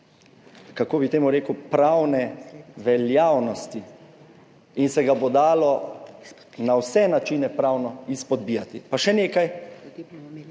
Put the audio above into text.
kako bi temu rekel, pravne veljavnosti in se ga bo dalo na vse načine pravno izpodbijati. Pa še nekaj.